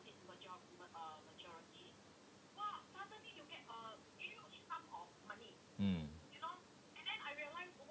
mm